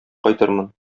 кайтырмын